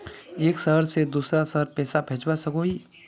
एक शहर से दूसरा शहर पैसा भेजवा सकोहो ही?